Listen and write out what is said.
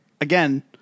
again